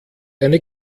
eine